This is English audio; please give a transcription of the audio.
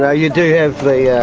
yeah you do have the yeah